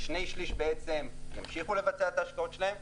שני שליש המשיכו לבצע את ההשקעות שלהם.